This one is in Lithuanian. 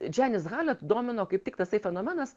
džianis halet domino kaip tik tasai fenomenas